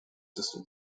system